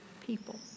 people